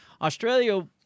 australia